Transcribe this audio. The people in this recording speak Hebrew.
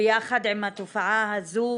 ויחד עם התופעה הזו